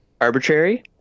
arbitrary